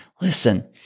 Listen